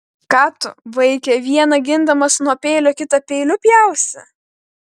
ką tu vaike vieną gindamas nuo peilio kitą peiliu pjausi